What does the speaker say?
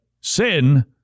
sin